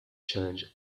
change